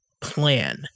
plan